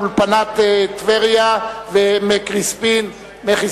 אולפנית טבריה וחספין.